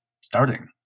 starting